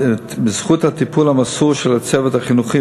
ובזכות הטיפול המסור של הצוות החינוכי